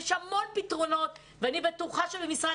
יש המון פתרונות ואני בטוחה שבמשרד